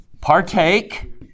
Partake